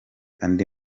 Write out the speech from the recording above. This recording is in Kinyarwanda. andi